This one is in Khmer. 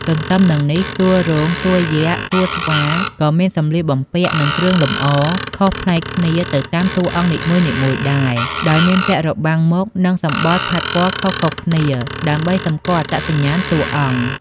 ទន្ទឹមនឹងនេះ តួនាយរោង តួយក្ស តួស្វាក៏មានសម្លៀកបំពាក់ និងគ្រឿងលម្អខុសប្លែកគ្នាទៅតាមតួអង្គនីមួយៗដែរ ដោយមានពាក់របាំងមុខ និងសម្បុរផាត់ពណ៌ខុសៗគ្នា ដើម្បីសម្គាល់អត្តសញ្ញាណតួអង្គ។